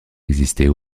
exister